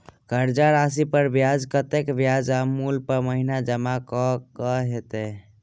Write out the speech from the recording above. कर्जा राशि पर हमरा कत्तेक ब्याज आ मूल हर महीने जमा करऽ कऽ हेतै?